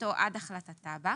בקשתו עד ההחלטה בו,